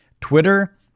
Twitter